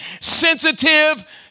sensitive